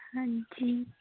हां जी